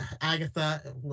Agatha